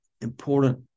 important